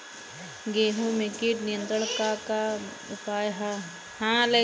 गेहूँ में कीट नियंत्रण क का का उपाय ह?